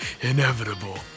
inevitable